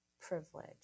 privilege